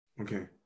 Okay